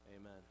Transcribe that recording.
Amen